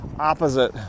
opposite